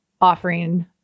offering